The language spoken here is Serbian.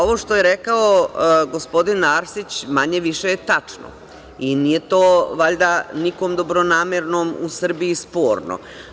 Ovo što je rekao gospodin Arsić manje-više je tačno i nije to valjda nikom dobronamernom u Srbiji sporno.